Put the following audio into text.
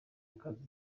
akazi